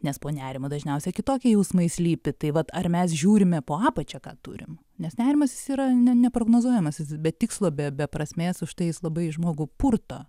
nes po nerimu dažniausiai kitokie jausmai slypi tai vat ar mes žiūrime po apačia ką turim nes nerimas jis yra ne neprognozuojamas jis jis be tikslo be be prasmės užtai jis labai žmogų purto